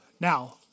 Now